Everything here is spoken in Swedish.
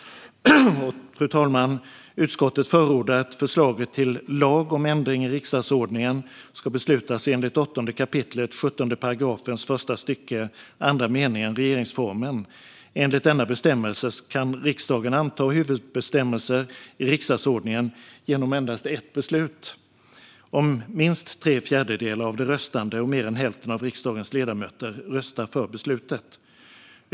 Utskottet förordar, fru talman, att förslaget till lag om ändring i riksdagsordningen ska beslutas enligt 8 kap. 17 § första stycket andra meningen regeringsformen. Enligt denna bestämmelse kan riksdagen anta huvudbestämmelser i riksdagsordningen genom endast ett beslut om minst tre fjärdedelar av de röstande och mer än hälften av riksdagens ledamöter röstar för beslutet.